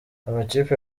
amakipe